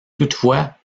toutefois